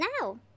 now